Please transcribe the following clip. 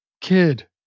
kid